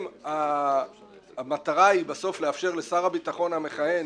אם המטרה היא בסוף לאפשר לשר הביטחון המכהן,